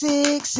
Six